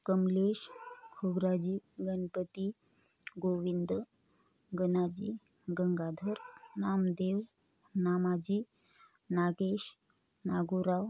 Kamlesh Khobraji Ganpati Govind Ganaji Gangadhar Namdev Namaji Nagesh Nagurao